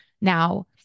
Now